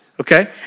okay